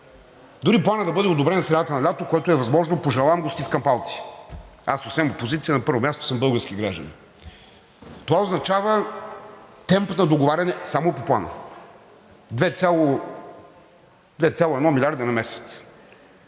дори Планът да бъде одобрен в средата на лятото, което е възможно, пожелавам го, стискам палци, аз освен опозиция, на първо място, съм български гражданин. Това означава темпът на договаряне само по Плана – 2,1 милиарда на месец.